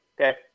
okay